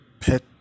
Pet